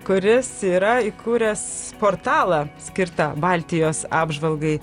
kuris yra įkūręs portalą skirtą baltijos apžvalgai